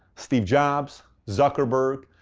steve jobs, zuckerberg,